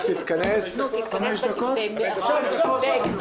הצבעה אחת היא על אפשרות הפסקת הדיון בשעות הלילה בין יום ג' ליום ד',